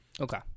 Okay